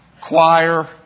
choir